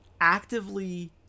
actively